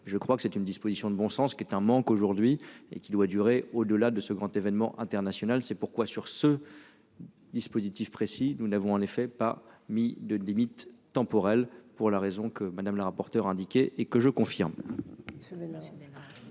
je crois que c'est une disposition de bon sens qui est un manque aujourd'hui et qui doit durer au delà de ce grand événement international. C'est pourquoi sur ce. Dispositif précis, nous n'avons en effet pas mis de limite temporelle pour la raison que Madame la rapporteure et que je confirme.